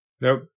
Nope